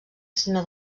sinó